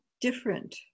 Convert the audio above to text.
different